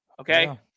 Okay